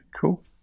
cool